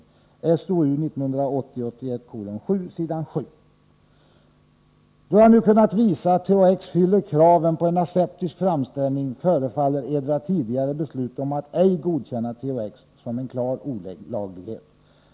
Då jag nu kunnat visa att THX fyller kraven på en aseptisk framställning förefaller Edra tidigare beslut om att ej godkänna THX som en klar olaglighet.